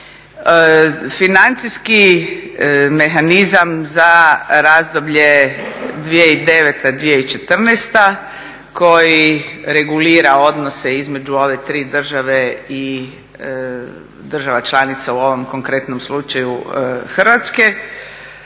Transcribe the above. Financijski mehanizam za razdoblje 2009-2014 koji regulira odnose između ove tri države i država članica u ovom konkretnom slučaju Hrvatske